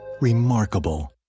Remarkable